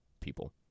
people